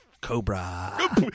Cobra